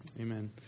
Amen